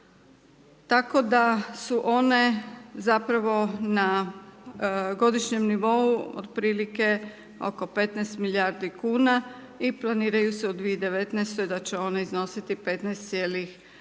Tako da su one zapravo na godišnjem nivou otprilike oko 15 milijardi kn i planiraju se u 2019. da će one iznositi 15,9 a